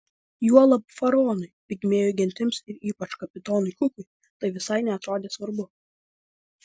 juolab faraonui pigmėjų gentims ir ypač kapitonui kukui tai visai neatrodė svarbu